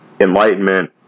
enlightenment